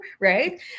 right